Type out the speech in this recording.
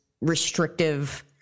restrictive